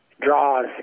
draws